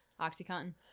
OxyContin